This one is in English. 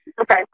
Okay